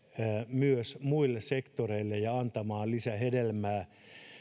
myös muille sektoreille antamaan lisähedelmää